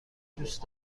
دوست